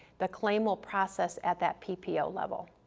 the claim will process at that ppo ppo level.